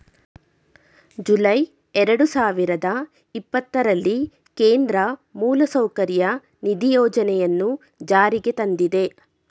July ಎರಡು ಸಾವಿರದ ಇಪ್ಪತ್ತರಲ್ಲಿ ಕೇಂದ್ರ ಮೂಲಸೌಕರ್ಯ ನಿಧಿ ಯೋಜನೆಯನ್ನು ಜಾರಿಗೆ ತಂದಿದೆ